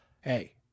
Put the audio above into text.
hey